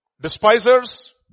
despisers